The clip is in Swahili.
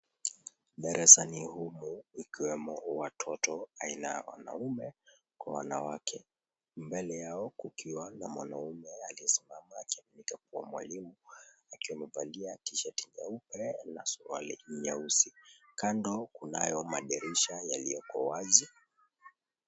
Gerezani humu ikiwemo watoto aina ya wanaume kwa wanawake, mbele yao kukiwa na mwaume aliyesimama akionekana kuwa mwalimu akiwa amevalia tishati nyeupe na suruali nyeusi. Kando kunayo madirisha yaliyoko wazi.